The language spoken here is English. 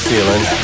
Feeling